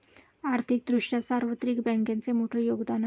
आर्थिक दृष्ट्या सार्वत्रिक बँकांचे मोठे योगदान आहे